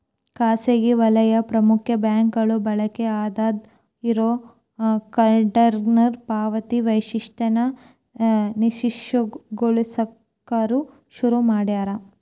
ಖಾಸಗಿ ವಲಯದ ಪ್ರಮುಖ ಬ್ಯಾಂಕ್ಗಳು ಬಳಕೆ ಆಗಾದ್ ಇರೋ ಕಾರ್ಡ್ನ್ಯಾಗ ಪಾವತಿ ವೈಶಿಷ್ಟ್ಯನ ನಿಷ್ಕ್ರಿಯಗೊಳಸಕ ಶುರು ಮಾಡ್ಯಾರ